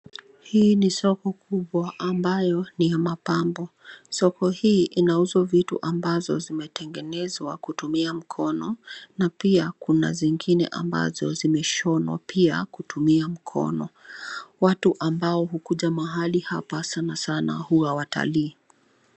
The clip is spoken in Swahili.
Hii ni soko kubwa ambayo ni ya mapambo, soko hii inauza vitu ambazo zimetengenezwa kutumia mkono na pia kuna zingine ambazo zimeshonwa pia kutumia mkono, watu ambao ukuja mahali hapa sana sana huwa watalii.